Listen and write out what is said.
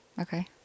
Okay